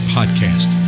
Podcast